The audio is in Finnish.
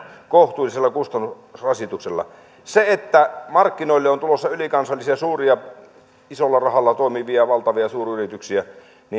kohtuullisella kustannusrasituksella markkinoille on tulossa ylikansallisia suuria isolla rahalla toimivia valtavia suuryrityksiä